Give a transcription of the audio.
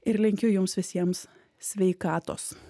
ir linkiu jums visiems sveikatos